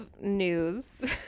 news